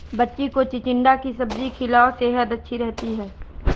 बच्ची को चिचिण्डा की सब्जी खिलाओ, सेहद अच्छी रहती है